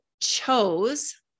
chose